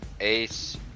Ace